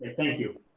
thank you.